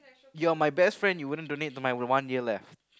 you're my best friend you wouldn't donate to my one year left